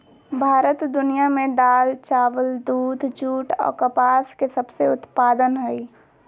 भारत दुनिया में दाल, चावल, दूध, जूट आ कपास के सबसे उत्पादन हइ